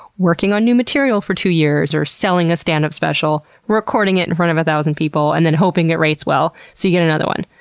working on new material for two years, or selling a stand-up special, recording it in front of a thousand people, and then hoping it rates well so you get another one.